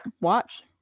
watch